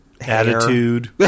Attitude